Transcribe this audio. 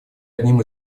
одним